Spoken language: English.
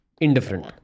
indifferent